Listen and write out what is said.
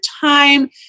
time